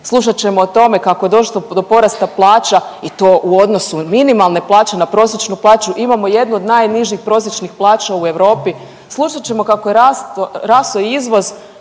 slušat ćemo o tome kako je došlo do porasta plaća i to u odnosu minimalne plaće na prosječnu plaću, imamo jednu od najnižih prosječnih plaća u Europi, slušat ćemo kako je rastao izvoz,